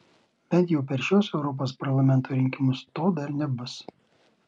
bent jau per šiuos europos parlamento rinkimus to dar nebus